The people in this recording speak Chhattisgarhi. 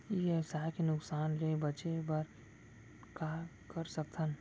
ई व्यवसाय के नुक़सान ले बचे बर का कर सकथन?